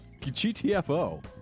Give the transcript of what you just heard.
GTFO